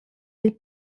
dil